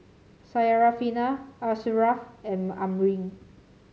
Syarafina Asharaff and Amrin